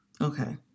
Okay